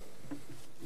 תודה רבה, אדוני.